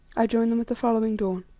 i join them at the following dawn.